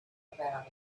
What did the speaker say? about